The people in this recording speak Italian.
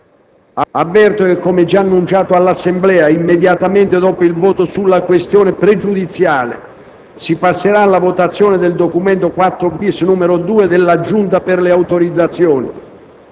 Avverto che, come già annunciato all'Assemblea, immediatamente dopo il voto sulla questione pregiudiziale si passerà alla votazione del documento IV-*bis*, n. 2 della Giunta delle elezioni